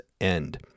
end